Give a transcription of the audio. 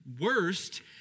worst